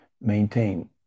maintain